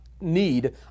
need